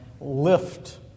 lift